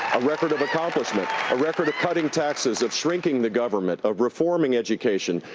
a record of accomplishment, a record of cutting taxes, of shrinking the government, of reforming education,